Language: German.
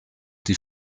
die